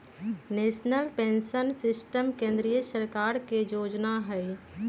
national pension system केंद्रीय सरकार के जोजना हइ